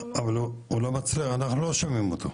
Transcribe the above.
לא שומעים אותו,